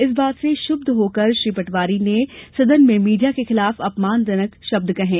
इस बात से क्षुब्ध श्री पटवारी ने सदन में मीडिया के खिलाफ अपमानजनक शब्द कहें